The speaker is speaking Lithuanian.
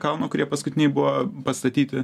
kalno kurie paskutiniai buvo pastatyti